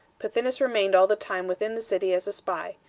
pothinus remained all the time within the city as a spy,